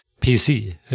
PC